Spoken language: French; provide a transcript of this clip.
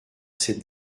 cette